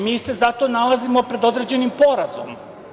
Mi se zato nalazimo pred određenim porazom.